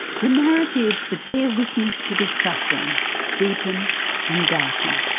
the narratives that bear witness to this suffering deepen and darken.